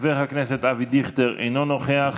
חבר הכנסת אבי דיכטר, אינו נוכח,